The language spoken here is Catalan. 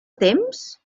temps